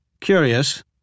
Curious